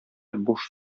буш